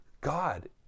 God